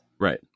right